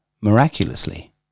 Miraculously